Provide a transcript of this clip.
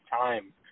time